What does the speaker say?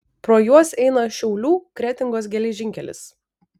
pro juos eina šiaulių kretingos geležinkelis